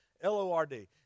L-O-R-D